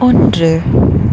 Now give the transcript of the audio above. ஒன்று